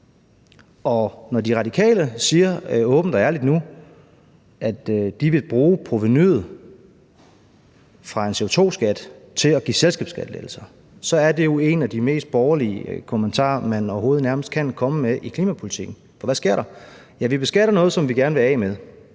og ærligt siger, at de vil bruge provenuet fra en CO2-skat til at give selskabsskattelettelser, så er det jo en af de mest borgerlige kommentarer, man overhovedet nærmest kan komme med i klimapolitikken. For hvad sker der? Jo, vi beskatter noget, som vi gerne vil af med,